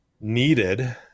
needed